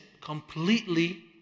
completely